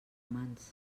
mans